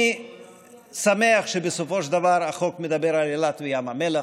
אני שמח שבסופו של דבר החוק מדבר על אילת ועל ים המלח.